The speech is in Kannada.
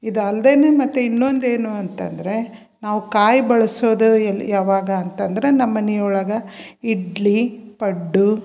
ಇದು ಅಲ್ದೇ ಮತ್ತು ಇನ್ನೊಂದು ಏನು ಅಂತಂದರೆ ನಾವು ಕಾಯಿ ಬಳಸೋದು ಎಲ್ಲಿ ಯಾವಾಗ ಅಂತಂದರೆ ನಮ್ಮ ಮನೆ ಒಳಗೆ ಇಡ್ಲಿ ಪಡ್ಡು